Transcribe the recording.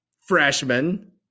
freshman